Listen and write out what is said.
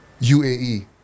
UAE